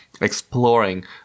exploring